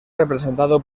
representado